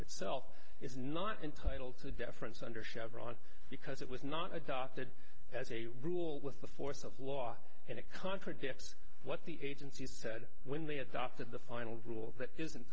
itself is not entitled to deference under chevron because it was not adopted as a rule with the force of law and it contradicts what the agency said when they adopted the final rule that isn't